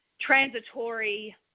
transitory